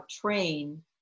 train